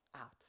out